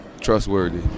Trustworthy